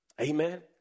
Amen